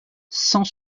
cent